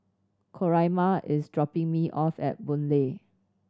Coraima is dropping me off at Boon Lay